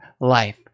life